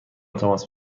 تماس